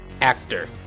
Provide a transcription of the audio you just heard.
actor